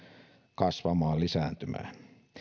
kasvamaan lisääntymään